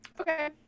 okay